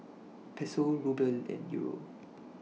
Peso Ruble and Euro